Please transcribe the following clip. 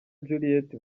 juliet